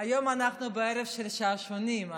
היום אנחנו בערב של שעשועים.